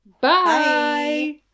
Bye